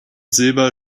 silber